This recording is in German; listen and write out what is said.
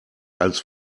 als